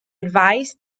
advised